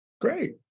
Great